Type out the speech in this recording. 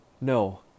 No